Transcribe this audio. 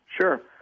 Sure